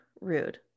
rude